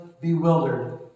bewildered